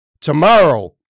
tomorrow